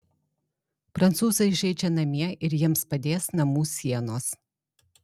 prancūzai žaidžia namie ir jiems padės namų sienos